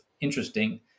interesting